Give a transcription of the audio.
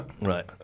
Right